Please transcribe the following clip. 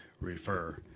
refer